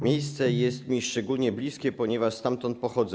Miejsce jest mi szczególnie bliskie, ponieważ stamtąd pochodzę.